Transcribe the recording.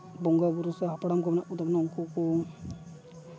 ᱵᱚᱸᱜᱟᱼᱵᱳᱨᱳ ᱥᱮ ᱦᱟᱯᱲᱟᱢ ᱠᱚ ᱢᱮᱱᱟᱜ ᱠᱚᱛᱟ ᱵᱚᱱᱟ ᱩᱱᱠᱩ ᱠᱚ